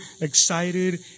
excited